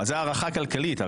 זו הערכה כלכלית,